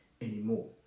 anymore